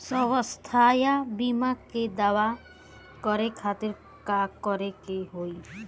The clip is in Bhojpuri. स्वास्थ्य बीमा के दावा करे के खातिर का करे के होई?